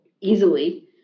easily